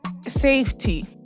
safety